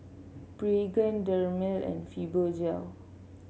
Pregain Dermale and Fibogel